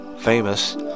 famous